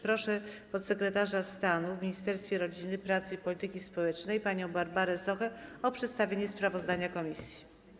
Proszę podsekretarza stanu w Ministerstwie Rodziny, Pracy i Polityki Społecznej panią Barbarę Sochę o przedstawienie sprawozdania komisji.